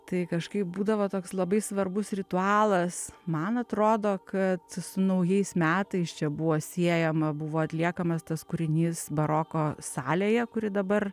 tai kažkaip būdavo toks labai svarbus ritualas man atrodo kad naujais metais čia buvo siejama buvo atliekamas tas kūrinys baroko salėje kuri dabar